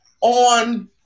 on